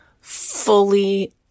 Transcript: fully